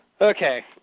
okay